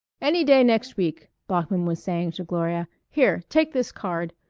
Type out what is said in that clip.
any day next week, bloeckman was saying to gloria. here take this card.